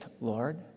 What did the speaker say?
Lord